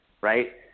right